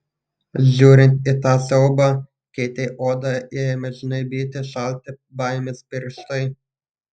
žiūrint į tą siaubą keitei odą ėmė žnaibyti šalti baimės pirštai